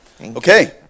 okay